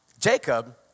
Jacob